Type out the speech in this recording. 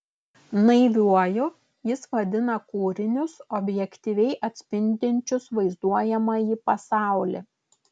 naiviuoju jis vadina kūrinius objektyviai atspindinčius vaizduojamąjį pasaulį